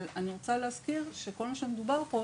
אבל אני רוצה להזכיר שכל מה שמדובר פה,